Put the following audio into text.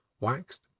waxed